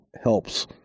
helps